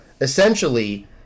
essentially